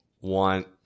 want